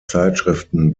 zeitschriften